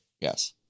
Yes